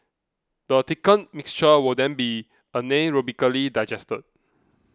the thickened mixture will then be anaerobically digested